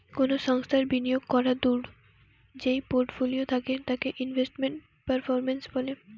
কোনো সংস্থার বিনিয়োগ করাদূঢ় যেই পোর্টফোলিও থাকে তাকে ইনভেস্টমেন্ট পারফরম্যান্স বলে